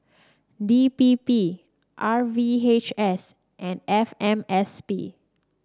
D P P R V H S and F M S P